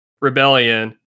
rebellion